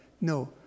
No